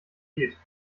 geht